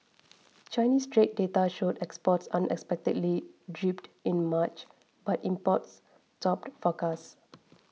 Chinese trade data showed exports unexpectedly dipped in March but imports topped forecasts